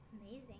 Amazing